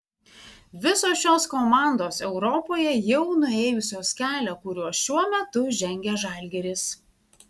visos šios komandos europoje jau nuėjusios kelią kuriuo šiuo metu žengia žalgiris